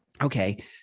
Okay